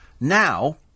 Now